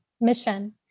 mission